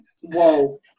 Whoa